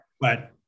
but-